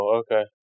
okay